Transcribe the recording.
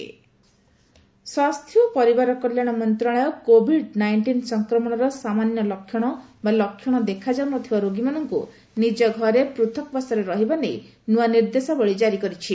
guideline ସ୍ୱାସ୍ଥ୍ୟ ଓ ପରିବାର କଲ୍ୟାଣ ମନ୍ତ୍ରଣାଳୟ କୋଭିଡ ନାଇଷ୍ଟିନ୍ ସଂକ୍ରମଣର ସାମାନ୍ୟ ଲକ୍ଷଣ ବା ଲକ୍ଷଣ ଦେଖାଯାଇଥିବା ରୋଗୀମାନଙ୍କୁ ନିଜ ଘରେ ପୂଥକ୍ବାସରେ ରହିବା ନେଇ ନୂଆ ନିର୍ଦ୍ଦେଶାବଳୀ କାରି କରିଛି